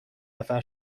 نفر